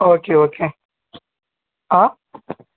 okay okay ಆ